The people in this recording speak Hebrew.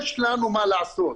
יש לנו מה לעשות.